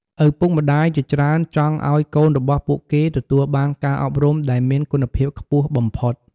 ឪពុកម្តាយជាច្រើនចង់ឱ្យកូនរបស់ពួកគេទទួលបានការអប់រំដែលមានគុណភាពខ្ពស់បំផុត។